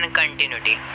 continuity